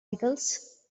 pickles